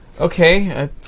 Okay